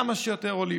וכמה שיותר עולים.